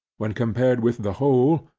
when compared with the whole,